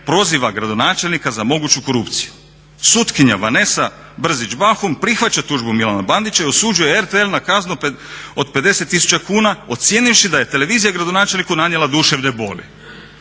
proziva gradonačelnika za moguću korupciju. Sutkinja Vanesa Brzić Bahun prihvaća tužbu Milana Bandića i osuđuje RTL na kaznu od 50 000 kuna ocijenivši da je televizija gradonačelniku nanijela duševne boli.